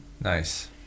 Nice